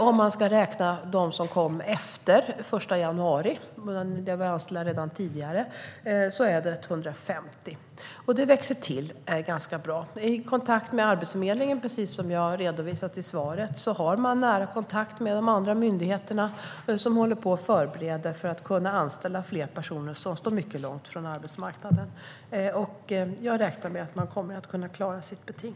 Om vi ska räkna dem som kom efter den 1 januari - en del var ju anställda redan tidigare - är det 250. Det växer till ganska bra. Precis som jag redovisat i svaret har Arbetsförmedlingen nära kontakt med andra myndigheter, som håller på att förbereda för att anställa fler personer som står mycket långt från arbetsmarknaden. Jag räknar med att man kommer att kunna klara sitt beting.